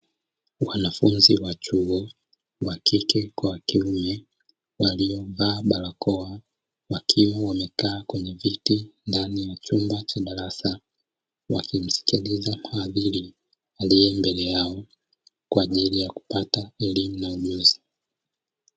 Wanafunzi wa chuo wa kike kwa wa kiume waliovaa barakoa wakiwa wamekaa kwenye kiti ndani ya chumba cha darasa, wakimsikiliza mhadhiri aliye mbele yao kwa ajili ya kupata elimu na ujuzi.